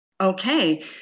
Okay